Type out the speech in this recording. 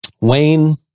Wayne